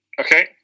Okay